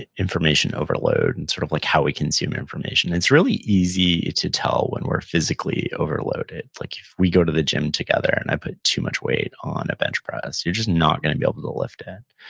information overload and sort of like how we consume information. it's really easy to tell when we're physically overloaded. like if we go to the gym together and i put too much weight on a bench press, you're just not gonna be able to lift and